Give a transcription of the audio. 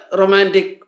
romantic